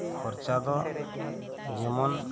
ᱠᱷᱚᱨᱪᱟ ᱫᱚ ᱡᱮᱢᱚᱱ